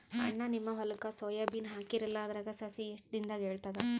ಅಣ್ಣಾ, ನಿಮ್ಮ ಹೊಲಕ್ಕ ಸೋಯ ಬೀನ ಹಾಕೀರಲಾ, ಅದರ ಸಸಿ ಎಷ್ಟ ದಿಂದಾಗ ಏಳತದ?